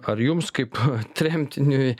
ar jums kaip tremtiniui